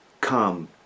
come